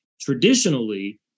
Traditionally